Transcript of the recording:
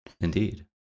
Indeed